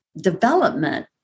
development